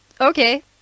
okay